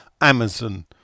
Amazon